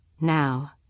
Now